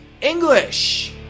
English